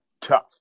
tough